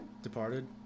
Departed